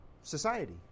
society